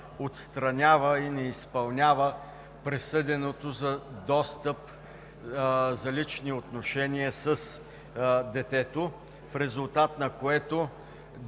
отстранява и не изпълнява присъденото за достъп, за лични отношения с детето, в резултат на което